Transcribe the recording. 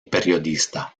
periodista